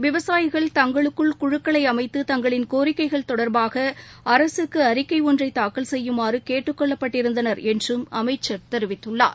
விவசாயிகள் கடந்த தங்களுக்குள் குழுக்களைஅமைத்து தங்களின் கோரிக்கைகள் தொடர்பாகஅரசுக்குஅறிக்கைதள்றைதாக்கல் செய்யுமாறுகேட்டுக் கொள்ளப்பட்டிருந்தனர் என்றும் அமைச்சர் தெரிவித்துள்ளார்